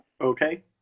Okay